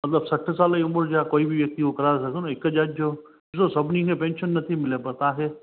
मतिलबु सठि साल जी उमिरि जा कोई बि व्यक्ती उहो कराए था सघनि ऐं हिक ॼणे जो ॾिसो सभिनिनि खे पेंशन नथी मिले पर तव्हांखे